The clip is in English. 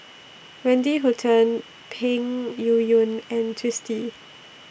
Wendy Hutton Peng Yuyun and Twisstii